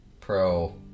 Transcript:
pro